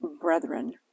brethren